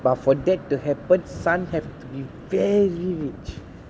but for that to happen sun have to be very rich